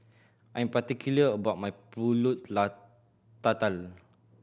I am particular about my pulut la tatal